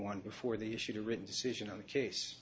one before they issued a written decision on the case